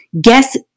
Guess